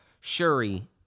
Shuri